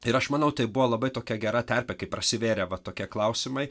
ir aš manau tai buvo labai tokia gera terpė kai prasivėrė va tokie klausimai